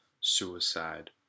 suicide